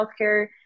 healthcare